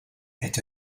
est